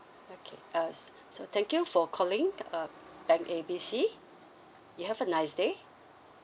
okay uh yes so thank you for calling um bank A B C you have a nice day